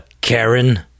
Karen